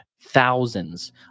thousands